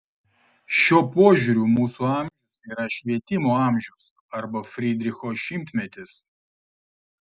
šiuo požiūriu mūsų amžius yra švietimo amžius arba frydricho šimtmetis